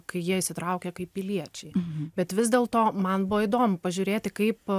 kai jie įsitraukia kaip piliečiai bet vis dėlto man buvo įdomu pažiūrėti kaip